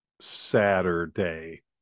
saturday